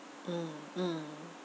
mm mm